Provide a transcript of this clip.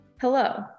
Hello